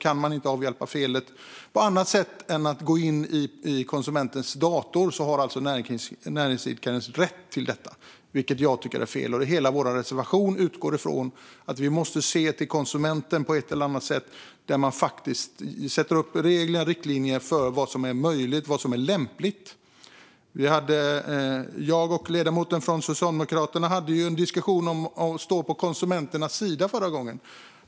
Kan man inte avhjälpa felet på annat sätt än genom att gå in i konsumentens dator har näringsidkaren alltså rätt till detta, vilket jag tycker är fel. En ny konsument-köplag Hela Kristdemokraternas reservation utgår från att vi måste se till konsumenten på ett eller annat sätt och sätta upp regler och riktlinjer för vad som är möjligt och lämpligt. Jag och ledamoten från Socialdemokraterna hade förra gången en diskussion om att stå på konsumenternas sida.